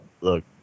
Look